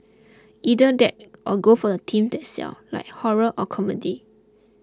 either that or go for themes that sell like horror or comedy